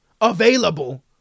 available